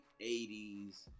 80s